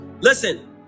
listen